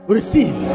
Receive